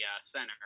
center